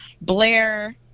Blair